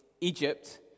Egypt